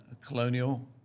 Colonial